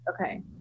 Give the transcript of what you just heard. Okay